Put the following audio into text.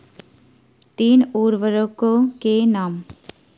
तीन उर्वरकों के नाम?